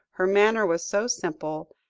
her manner was so simple,